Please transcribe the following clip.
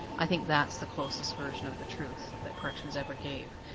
i think that's the closest version of the truth that corrections ever gave.